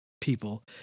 people